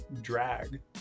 drag